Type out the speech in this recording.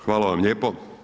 Hvala vam lijepo.